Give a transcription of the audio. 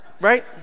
right